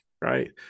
right